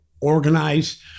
organized